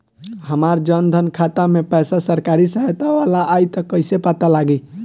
हमार जन धन खाता मे पईसा सरकारी सहायता वाला आई त कइसे पता लागी?